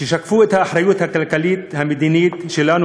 לשקף את האחריות הכלכלית והמדינית שלנו